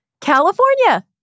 California